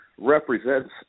Represents